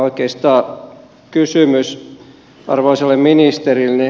oikeastaan kysymys arvoisalle ministerille